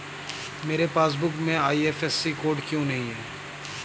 मेरे पासबुक में IFSC code क्यो नहीं है?